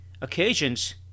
occasions